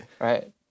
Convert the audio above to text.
Right